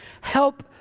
help